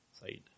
Side